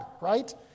right